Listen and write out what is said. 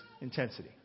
intensity